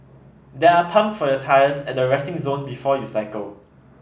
there are pumps for your tyres at the resting zone before you cycle